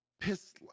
piss